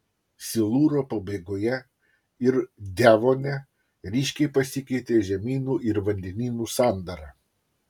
silūro pabaigoje ir devone ryškiai pasikeitė žemynų ir vandenynų sandara